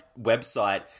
website